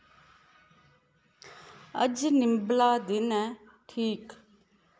अज्ज निंबला दिन ऐ ठीक